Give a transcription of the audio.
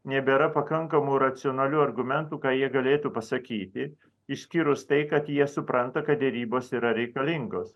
nebėra pakankamų racionalių argumentų ką jie galėtų pasakyti išskyrus tai kad jie supranta kad derybos yra reikalingos